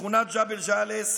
בשכונת ג'בל ג'אלס,